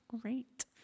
Great